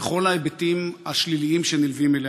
וכל ההיבטים השליליים שנלווים אליה.